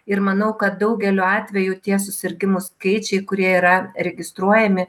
ir manau kad daugeliu atvejų tie susirgimų skaičiai kurie yra registruojami